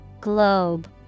Globe